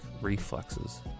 reflexes